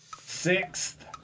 Sixth